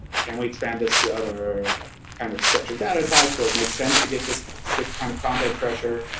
can we expand this to other kind of structure data types, where it makes sense to get this this kind of content fresher?